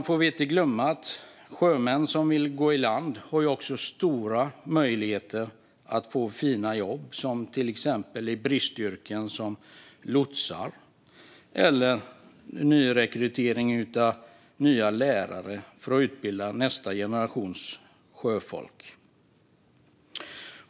Vi får inte heller glömma att sjömän som vill gå i land har stora möjligheter att få fina jobb, till exempel i bristyrken som lotsar eller som nya lärare för att utbilda nästa generation sjöfolk.